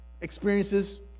experiences